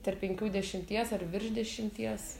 tarp penkių dešimties ar virš dešimties